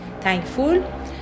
thankful